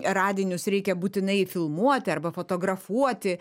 radinius reikia būtinai filmuoti arba fotografuoti